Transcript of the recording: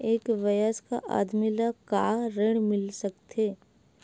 एक वयस्क आदमी ल का ऋण मिल सकथे?